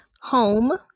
Home